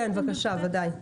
כן, בבקשה, ודאי.